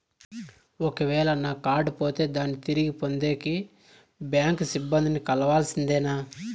ఒక వేల నా కార్డు పోతే దాన్ని తిరిగి పొందేకి, బ్యాంకు సిబ్బంది ని కలవాల్సిందేనా?